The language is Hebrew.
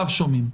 בבקשה.